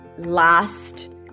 last